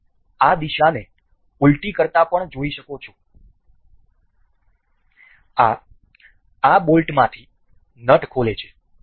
તમે આ દિશાને ઉલટી કરતા પણ જોઈ શકો છો આ આ બોલ્ટમાંથી નટ ખોલે છે